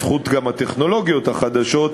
גם בזכות הטכנולוגיות החדשות,